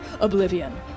Oblivion